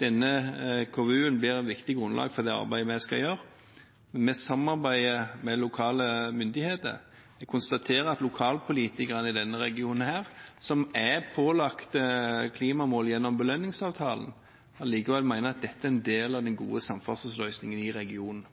Denne KVU-en blir et viktig grunnlag for det arbeidet vi skal gjøre. Vi samarbeider med lokale myndigheter. Jeg konstaterer at lokalpolitikere i denne regionen, som er pålagt klimamål gjennom belønningsavtalen, likevel mener at dette er en del av den gode samferdselsløsningen i regionen.